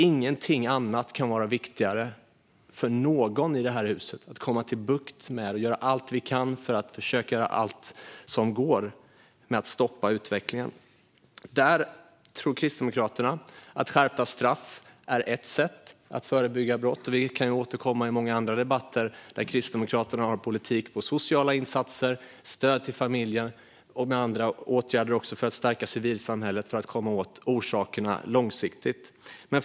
Inget kan vara viktigare för oss i detta hus än att få bukt med och göra allt vi kan för att stoppa utvecklingen. Där tror Kristdemokraterna att skärpta straff är ett sätt att förebygga brott. Vi kan återkomma i många andra debatter där Kristdemokraterna har en politik för sociala insatser, stöd till familjer och andra åtgärder för att stärka civilsamhället för att komma åt orsakerna långsiktigt.